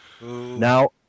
Now